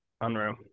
unreal